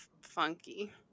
funky